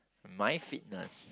my fitness